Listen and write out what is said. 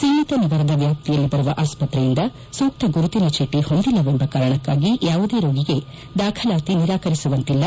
ಸೀಮಿತ ನಗರದ ವ್ಲಾಪ್ತಿಯಲ್ಲಿ ಬರುವ ಆಸ್ತ್ರೆಯಿಂದ ಸೂಕ್ತ ಗುರುತಿನ ಚೀಟ ಹೊಂದಿಲ್ಲವೆಂಬ ಕಾರಣಕ್ಕಾಗಿ ಯಾವುದೇ ರೋಗಿಗೆ ದಾಖಲಾತಿಯನ್ನು ನಿರಾಕರಿಸುವಂತಿಲ್ಲ